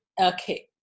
Okay